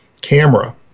camera